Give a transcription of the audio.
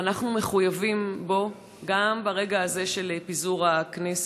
ואנחנו מחויבים בו גם ברגע הזה של פיזור הכנסת.